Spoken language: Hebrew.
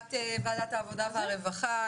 ישיבת ועדת העבודה והרווחה.